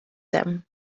them